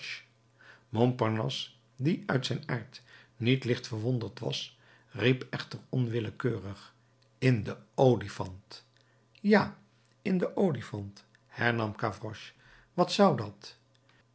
montparnasse die uit zijn aard niet licht verwonderd was riep echter onwillekeurig in den olifant ja ja in den olifant hernam gavroche wat zou dat